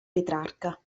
petrarca